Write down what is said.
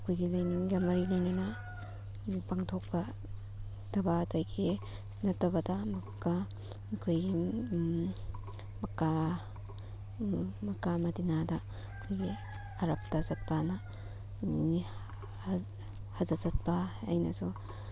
ꯑꯩꯈꯣꯏꯒꯤ ꯂꯥꯏꯅꯤꯡꯒ ꯃꯔꯤ ꯂꯩꯅꯅ ꯄꯥꯡꯊꯣꯛꯄ ꯊꯕꯥꯗꯒꯤ ꯅꯠꯇꯕꯗ ꯑꯃꯨꯛꯀ ꯑꯩꯈꯣꯏꯒꯤ ꯃꯀꯥ ꯃꯀꯥ ꯃꯗꯤꯅꯥꯗ ꯑꯩꯈꯣꯏꯒꯤ ꯑꯔꯕꯇ ꯆꯠꯄꯑꯅ ꯍꯖ ꯍꯖ ꯆꯠꯄ ꯍꯥꯏꯅꯁꯨ